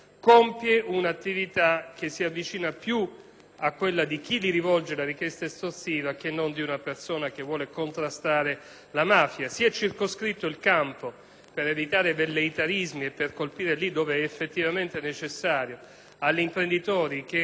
a quella di chi gli rivolge la richiesta estorsiva che non a quella di una persona che vuole contrastare la mafia. Si è circoscritto il campo per evitare velleitarismi, colpendo lì dove effettivamente necessario, rispetto agli imprenditori aggiudicatari